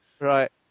Right